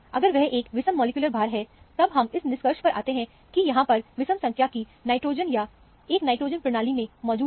अगर वह एक विषम मॉलिक्यूलर भार है तब हम इस निष्कर्ष पर आते हैं कि यहां पर विषम संख्या की नाइट्रोजन या एक नाइट्रोजन प्रणाली में मौजूद है